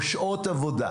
או שעות עבודה.